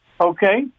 Okay